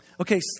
Okay